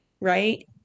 right